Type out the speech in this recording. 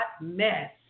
mess